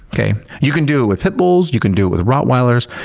okay? you can do it with pit bulls, you can do it with rottweilers.